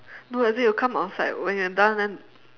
no as in it'll come outside when you are done then